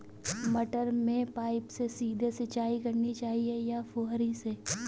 मटर में पाइप से सीधे सिंचाई करनी चाहिए या फुहरी से?